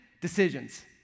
decisions